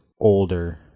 Older